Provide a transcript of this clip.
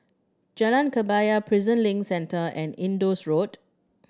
Jalan Kebaya Prison Link Centre and Indus Road